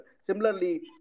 Similarly